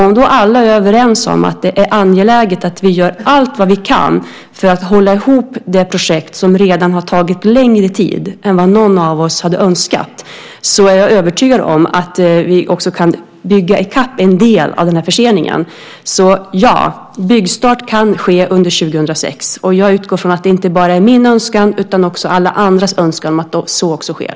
Om alla är överens om att det är angeläget att vi gör allt vad vi kan för att hålla ihop det projekt som redan har tagit längre tid än vad någon av oss hade önskat är jag övertygad om att vi också kan bygga i kapp en del av den här förseningen. Ja, byggstart kan ske under 2006. Jag utgår från att det inte bara är min önskan utan också alla andras önskan att så sker.